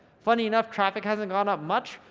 funny enough, traffic hasn't gone up much,